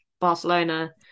Barcelona